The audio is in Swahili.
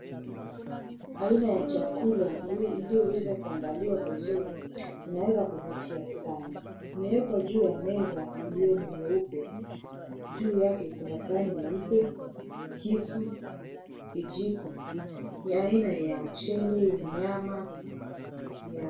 Aina ya chakula iliyoweza kuandaliwa vizuri inaweza kuvutia sana, imewekwa juu ya meza iliyo nyeupe, juu yake kuna sahani nyeupe, kisu, vijiko na aina ya mchele, nyama, viazi.